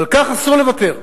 ועל כך אסור לוותר,